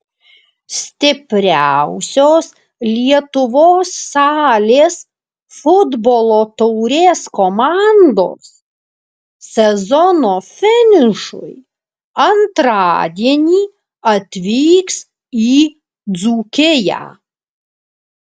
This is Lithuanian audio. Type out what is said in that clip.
stipriausios lietuvos salės futbolo taurės komandos sezono finišui antradienį atvyks į dzūkiją